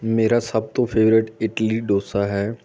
ਮੇਰਾ ਸਭ ਤੋਂ ਫੇਵਰੇਟ ਇਡਲੀ ਡੋਸਾ ਹੈ